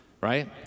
right